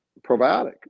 Probiotic